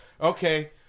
okay